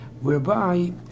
whereby